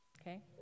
Okay